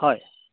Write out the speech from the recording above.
হয়